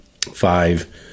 five